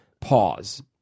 pause